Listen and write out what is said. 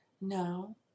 no